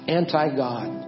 anti-God